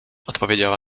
odpowiedziała